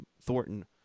Thornton